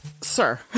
sir